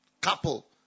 couple